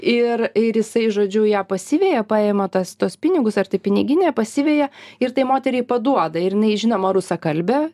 ir ir jisai žodžiu ją pasiveja paima tas tuos pinigus ar tai piniginę pasiveja ir tai moteriai paduoda ir jinai žinoma rusakalbė